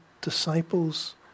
disciples